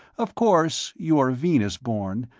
of course, you're venus-born,